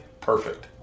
Perfect